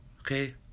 okay